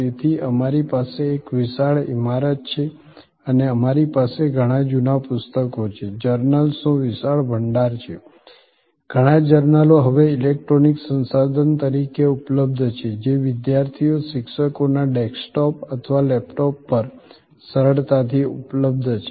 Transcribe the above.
તેથી અમારી પાસે એક વિશાળ ઇમારત છે અને અમારી પાસે ઘણા જૂના પુસ્તકો છે જર્નલ્સનો વિશાળ ભંડાર છે ઘણા જર્નલો હવે ઇલેક્ટ્રોનિક સંસાધન તરીકે ઉપલબ્ધ છે જે વિદ્યાર્થીઓ શિક્ષકોના ડેસ્કટોપ અથવા લેપટોપ પર સરળતાથી ઉપલબ્ધ છે